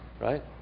right